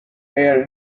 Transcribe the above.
air